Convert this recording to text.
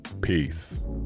Peace